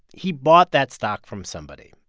he bought that stock from somebody.